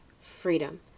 freedom